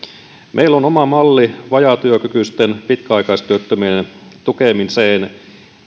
meillä on oma malli vajaatyökykyisten ja pitkäaikaistyöttömien tukemiseen